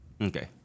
Okay